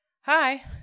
Hi